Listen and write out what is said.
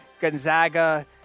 Gonzaga